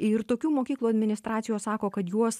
ir tokių mokyklų administracijos sako kad juos